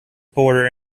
border